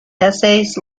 essays